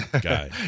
guy